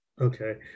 Okay